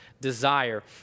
desire